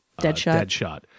Deadshot